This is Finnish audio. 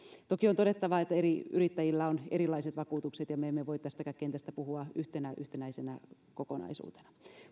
toki on todettava että eri yrittäjillä on erilaiset vakuutukset ja me emme voi tästäkään kentästä puhua yhtenä yhtenäisenä kokonaisuutena